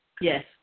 Yes